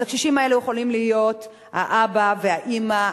אז הקשישים האלה יכולים להיות האבא והאמא,